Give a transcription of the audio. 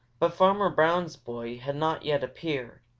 but farmer brown's boy had not yet appeared,